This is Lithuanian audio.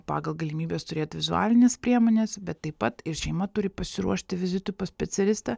pagal galimybes turėt vizualines priemones bet taip pat ir šeima turi pasiruošti vizitui pas specialistą